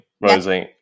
Rosie